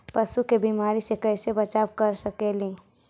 पशु के बीमारी से कैसे बचाब कर सेकेली?